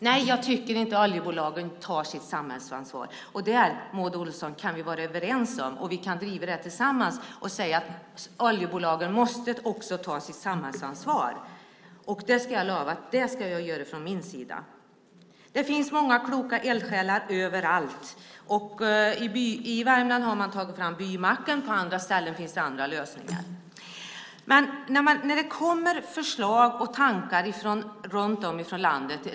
Nej, jag tycker inte att oljebolagen tar sitt samhällsansvar, och där, Maud Olofsson, kan vi vara överens, och vi kan driva detta tillsammans och säga att oljebolagen också måste ta sitt samhällsansvar. Det ska jag lova att jag ska göra från min sida! Det finns många kloka eldsjälar överallt. I Värmland har man tagit fram Bymacken; på andra ställen finns det andra lösningar. Men det kommer förslag och tankar runt om i landet.